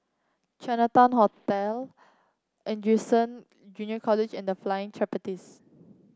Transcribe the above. Chinatown Hotel Anderson Junior College and Flying Trapetze